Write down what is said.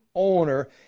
owner